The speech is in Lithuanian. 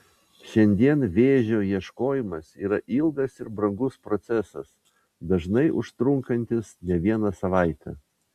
šiandien vėžio ieškojimas yra ilgas ir brangus procesas dažnai užtrunkantis ne vieną savaitę